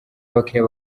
abakiliya